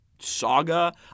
Saga